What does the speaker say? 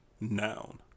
Noun